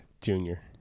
Junior